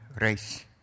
race